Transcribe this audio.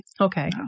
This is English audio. Okay